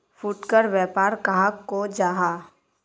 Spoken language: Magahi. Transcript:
फुटकर व्यापार कहाक को जाहा?